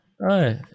Right